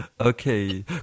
Okay